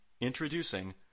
introducing